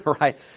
right